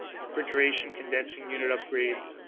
refrigeration condensing unit upgrades,